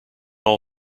all